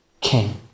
king